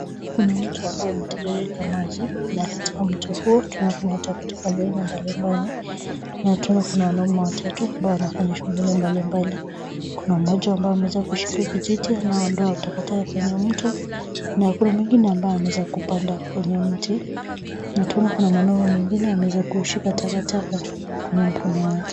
Kuna mto ambao unatiririka maji na katika mto huu tunaona kuna takataka za aina mbalimbali na tunaona kuna wanaume watatu ambao wanafanya shughuli mbalimbali. Kuna mmoja ambaye ameweza kushika kijiti anaondoa takataka kwenye mto na kuna mwingine ambaye ameweza kupanda kwenye mti na tunaona kuna mwanaume mwingine ameweza kushika takataka kwenye mkono wake.